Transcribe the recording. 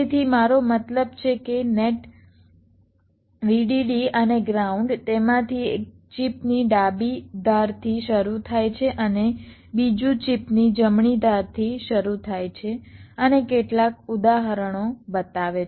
તેથી મારો મતલબ છે કે નેટ VDD અને ગ્રાઉન્ડ તેમાંથી એક ચિપની ડાબી ધારથી શરૂ થાય છે અને બીજું ચિપની જમણી ધારથી શરૂ થાય છે અને કેટલાક ઉદાહરણો બતાવે છે